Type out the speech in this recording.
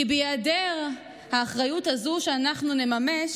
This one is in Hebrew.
בהיעדר האחריות הזאת שאנחנו נממש,